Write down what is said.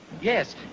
Yes